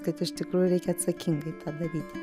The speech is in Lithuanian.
kad iš tikrųjų reikia atsakingai tą daryti